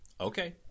okay